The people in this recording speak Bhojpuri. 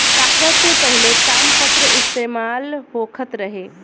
कागज से पहिले तामपत्र इस्तेमाल होखत रहे